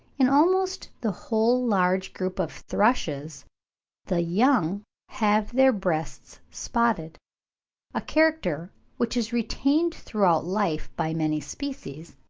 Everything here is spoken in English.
in almost the whole large group of thrushes the young have their breasts spotted a character which is retained throughout life by many species,